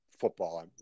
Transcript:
football